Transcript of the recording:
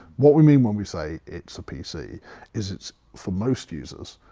what we mean when we say it's a pc is it's, for most users,